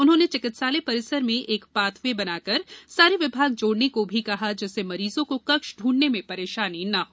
उन्होंने चिकित्सालय परिसर में एक पाथ वे बनाकर सारे विभाग जोड़ने को भी कहा जिससे मरीजों को कक्ष ढूढंने में परेशानी न हो